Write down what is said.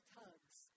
tugs